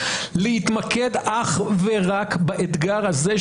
להתמקד אך ורק באתגר הזה,